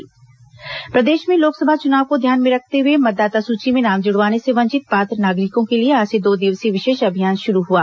मतदाता सूची विशेष अभियान प्रदेश में लोकसभा चुनाव को ध्यान में रखते हुए मतदाता सूची में नाम जुड़वाने से वंचित पात्र नागरिकों के लिए आज से दो दिवसीय विशेष अभियान शुरू हुआ